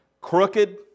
crooked